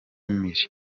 miley